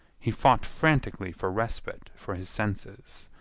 he fought frantically for respite for his senses,